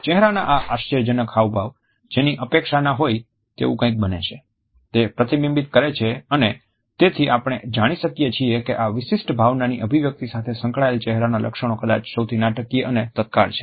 ચહેરાના આ આશ્ચર્યજનક હાવભાવ જેની અપેક્ષાના હોય તેવું કઈક બને છે તે પ્રતિબિંબિત કરે છે અને તેથી આપણે જાણી શકીએ છીએ કે આ વિશિષ્ટ ભાવનાની અભિવ્યક્તિ સાથે સંકળાયેલ ચહેરાના લક્ષણો કદાચ સૌથી નાટકીય અને તત્કાળ છે